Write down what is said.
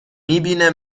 میبینه